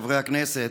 חברי הכנסת,